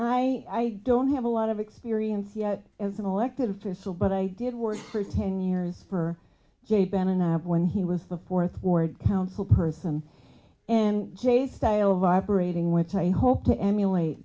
when i don't have a lot of experience yet as an elected official but i did work for ten years for j bannon when he was the fourth ward council person and jay's style vibrating which i hope to emulate